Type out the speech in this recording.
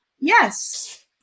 Yes